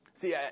See